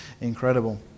Incredible